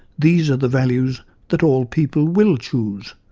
these are the values that all people will choose.